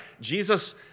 Jesus